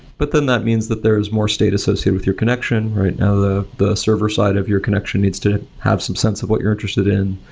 but then that means that there's more state associated with your connection. now, the the server side of your connection needs to have some sense of what you're interested in,